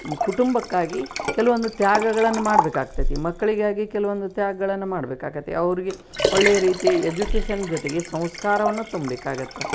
ಕುಟುಂಬಕ್ಕಾಗಿ ಕೆಲವೊಂದು ತ್ಯಾಗಗಳನ್ ಮಾಡ್ಬೇಕಾಗ್ತದೆ ಮಕ್ಕಳಿಗಾಗಿ ಕೆಲವೊಂದು ತ್ಯಾಗಗಳನ್ನು ಮಾಡ್ಬೇಕಾಗ್ತದೆ ಅವ್ರಿಗೆ ಒಳ್ಳೆ ರೀತಿ ಎಜುಕೇಷನ್ ಜೊತೆಗೆ ಸಂಸ್ಕಾರವನ್ನೂ ತುಂಬೇಕಾಗುತ್ತೆ